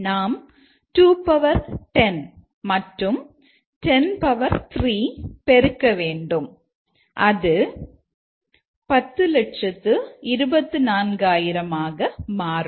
நாம் 210 மற்றும் 103 பெருக்க வேண்டும் அது 1024000 ஆக மாறும்